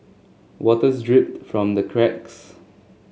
waters drip from the cracks